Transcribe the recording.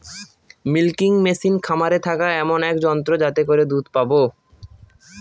milking machine খামারে থাকা এমন এক যন্ত্র যাতে করে দুধ পাবো